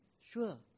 sure